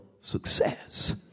success